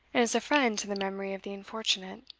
as a friend to the memory of the unfortunate.